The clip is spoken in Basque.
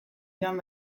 joan